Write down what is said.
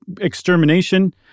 extermination